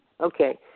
Okay